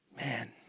Man